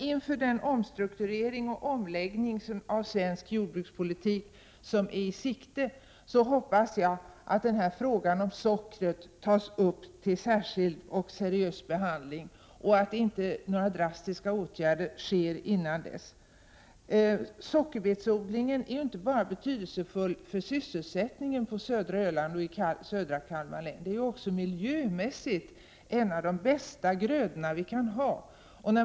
Inför den omstrukturering och omläggning av svensk jordbrukspolitik som är i sikte hoppas jag att frågan om sockret tas upp till särskild och seriös behandling och att inga drastiska åtgärder vidtas före denna behandling. Sockerbetsodlingen är betydelsefull inte bara för sysselsättningen på södra Öland och i södra Kalmar län utan den är också miljömässigt en av de bästa grödor vi kan ha.